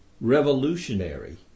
revolutionary